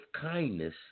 kindness